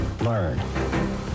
Learn